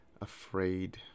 afraid